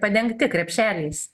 padengti krepšeliais